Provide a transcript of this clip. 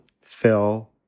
Phil